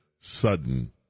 Sudden